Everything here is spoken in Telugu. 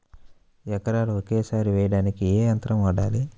ఎకరాలు ఒకేసారి వేయడానికి ఏ యంత్రం వాడాలి?